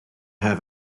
have